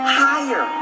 higher